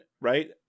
right